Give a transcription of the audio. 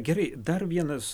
gerai dar vienas